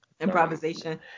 improvisation